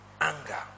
anger